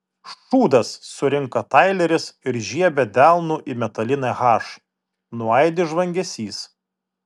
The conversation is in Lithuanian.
šūdas surinka taileris ir žiebia delnu į metalinę h nuaidi žvangesys